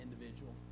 individual